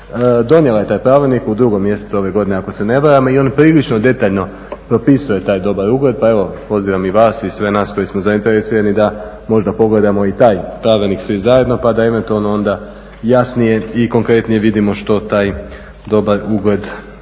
Donijela je taj pravilnik u 2. mjesecu ove godine ako se ne varam i on prilično detaljno propisuje taj dobar ugled pa pozivam i vas i sve nas koji smo zainteresirani da možda pogledamo i taj pravilnik svi zajedno pa da eventualno onda jasnije i konkretnije vidimo što taj dobar ugled i